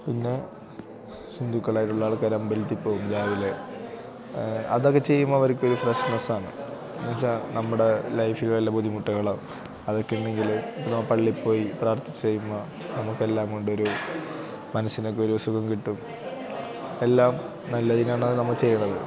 പിന്നെ ഹിന്ദുക്കളായിട്ടുള്ള ആൾക്കാരമ്പലത്തിൽപ്പോകും രാവിലെ അതൊക്കെ ചെയുമ്പം അവർക്കൊരു ഫ്രഷ്നസ്സാണ് എന്നു വെച്ചാൽ നമ്മുടെ ലൈഫിൽ വല്ല ബുദ്ധിമുട്ടുകളോ അതൊക്കെ ഉണ്ടെങ്കിൽ ഇപ്പം നമ്മൾ പള്ളിയിൽപ്പോയി പ്രാർത്ഥിച്ച് കഴിയുമ്പം നമുക്കെല്ലാം കൊണ്ടൊരു മനസ്സിനൊക്കെയൊരു സുഖം കിട്ടും എല്ലാം നല്ലതിനാണ് അതു നമ്മൾ ചെയ്യുന്നത്